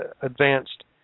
advanced